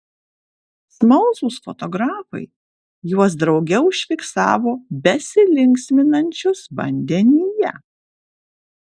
smalsūs fotografai juos drauge užfiksavo besilinksminančius vandenyje